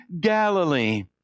Galilee